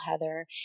Heather